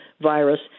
virus